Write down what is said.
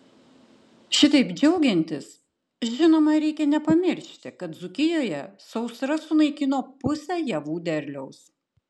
šitaip džiaugiantis žinoma reikia nepamiršti kad dzūkijoje sausra sunaikino pusę javų derliaus